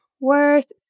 Worse